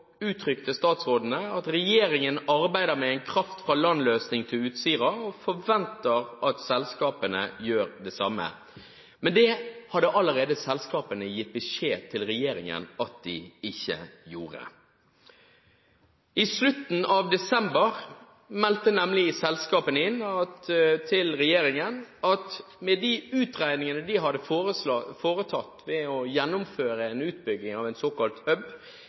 uttrykte statsrådene at regjeringen arbeider med en kraft fra land-løsning til Utsira og forventer at selskapene gjør det samme. Men det hadde selskapene allerede gitt beskjed til regjeringen om at de ikke gjorde. I slutten av desember meldte nemlig selskapene inn til regjeringen at med de utregningene de hadde foretatt ved å gjennomføre en utbygging av en såkalt